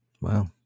Wow